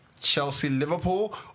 Chelsea-Liverpool